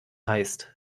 heißt